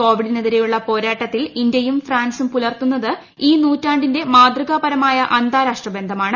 കോവിഡിനെതിരെയുള്ള പോരാട്ടത്തിൽ ഇന്ത്യയും ഫ്രാൻസും പുലർത്തുന്നത് ഈ നൂറ്റാണ്ടിന്റെ മാതൃകാപരമായ അന്താരാഷ്ട്രബന്ധമാണ്